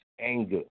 anger